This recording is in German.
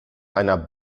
einer